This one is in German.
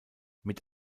mit